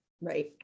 right